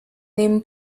nehmen